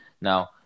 Now